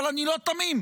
אבל אני לא תמים.